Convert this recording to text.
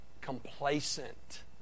Complacent